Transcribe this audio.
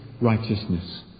righteousness